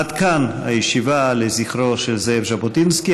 עד כאן הישיבה לזכרו של זאב ז'בוטינסקי.